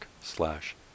slash